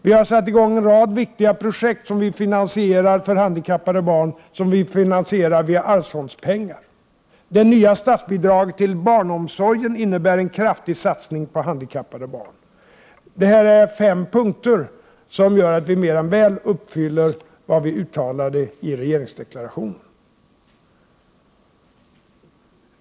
Vi har satt i gång en rad viktiga projekt för handikappade barn som finansieras med pengar från Allmänna arvsfonden. Det nya statsbidraget till barnomsorgen innebär en kraftig satsning på handikappade barn. Detta är fem punkter som gör att regeringen mer än väl uppfyller det som uttalades i regeringsdeklarationen.